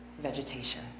vegetation